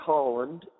Holland